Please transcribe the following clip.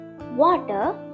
water